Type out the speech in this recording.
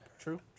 True